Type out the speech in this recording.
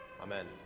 amen